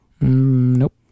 Nope